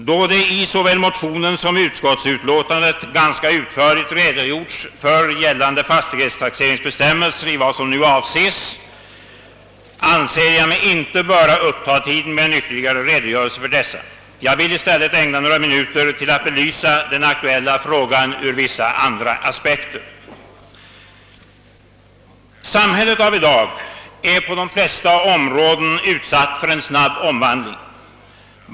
Då det i såväl motionerna som utskottsbetänkandet ganska utförligt redogjorts för gällande fastighetstaxeringsbestämmelser i vad som nu avses, anser jag mig inte böra uppta tiden med en ytterligare redogörelse för dessa. Jag vill i stället ägna några minuter åt att belysa den aktuella frågan ur vissa andra aspekter. Samhället av i dag är på de flesta områden utsatt för en snabb omvandling.